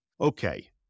Okay